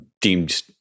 deemed